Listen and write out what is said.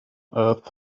earth